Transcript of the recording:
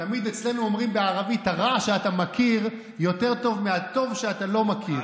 תמיד אצלנו אומרים בערבית: הרע שאתה מכיר יותר טוב מהטוב שאתה לא מכיר.